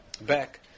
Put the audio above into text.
back